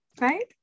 right